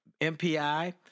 MPI